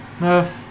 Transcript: No